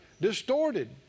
distorted